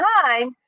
time